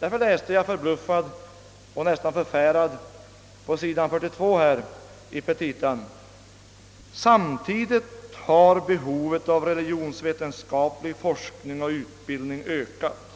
Därför läste jag förbluffad och nästan förfärad på s. 42 i dessa petita: »Samtidigt har behovet av religionsvetenskaplig forskning och utbildning ökat.